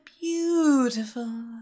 beautiful